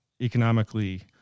economically